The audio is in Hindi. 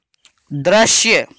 दृश्य